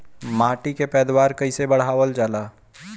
माटी के पैदावार कईसे बढ़ावल जाला?